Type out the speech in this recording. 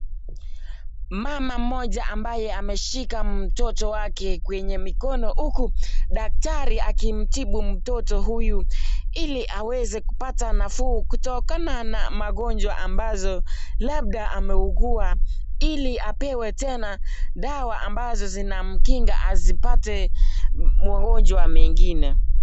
Mama moja ambaye ameshika mtoto wake kwenye mikono huku daktari akimtibu mtoto huyu ili aweze kupata nafuu kutokana na magonjwa ambazo labda ameugua ili apewe tena dawa ambazo zinamkinga asipate magonjwa mengine.